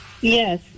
Yes